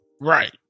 right